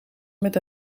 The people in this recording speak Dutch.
met